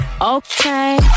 Okay